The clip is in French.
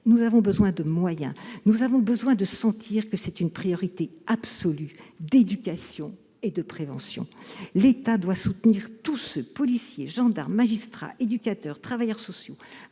implacable et de moyens. Il nous faut ressentir qu'il s'agit d'une priorité absolue d'éducation et de prévention. L'État doit soutenir tous ceux- policiers, gendarmes, magistrats, éducateurs, travailleurs sociaux,